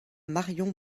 marion